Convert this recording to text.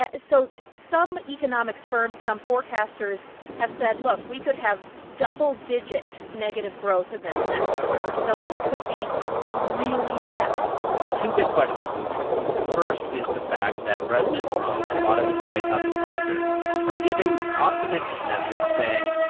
so some economics firms, some forecasters have said, look, we could have double-digit negative growth in this next quarter. so this could be really bad so two big questions moving forward. first is the fact that president trump, a lot of his white house advisers are giving this optimistic message saying,